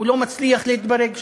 הוא לא מצליח להתברג שם.